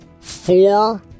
Four